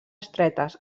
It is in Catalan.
estretes